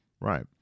Right